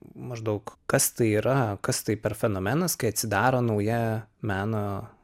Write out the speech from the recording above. maždaug kas tai yra kas tai per fenomenas kai atsidaro nauja meno